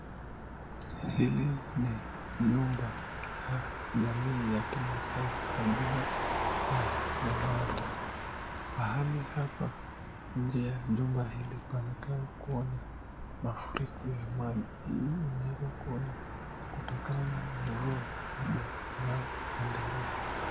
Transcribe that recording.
Hili ni nyumba la jamii ya kimasai kwa aina ya manyatta ,pahali hapa nje ya nyumba hili panakaa kua mafuriko ya mali. Hii inaweza kua inatokana na mvua kubwa inao endelea.